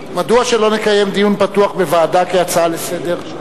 מדוע שלא נקיים דיון פתוח בוועדה כהצעה לסדר-היום?